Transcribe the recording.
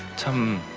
kim